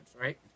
right